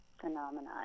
phenomenon